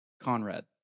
Conrad